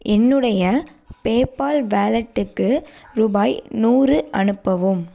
என்னுடைய பேபால் வாலெட்டுக்கு ரூபாய் நூறு அனுப்பவும்